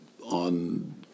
on